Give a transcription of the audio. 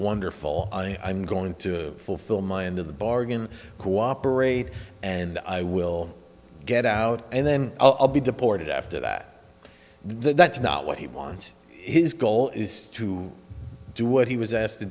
wonderful i'm going to fulfill my end of the bargain cooperate and i will get out and then i'll be deported after that the that's not what he wants his goal is to do what he was asked to